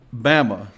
Bama